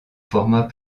format